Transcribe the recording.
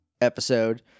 episode